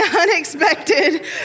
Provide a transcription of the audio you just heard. unexpected